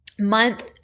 month